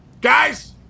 guys